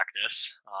practice